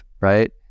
right